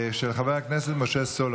(תיקון,